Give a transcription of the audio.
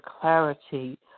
clarity